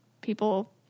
people